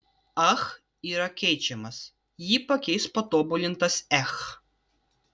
ach yra keičiamas jį pakeis patobulintas ech